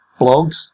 blogs